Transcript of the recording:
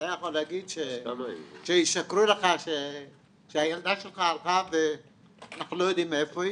אתה יכול להגיד שישקרו לך שהילדה שלך הלכה ואנחנו לא יודעים איפה היא?